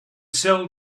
sell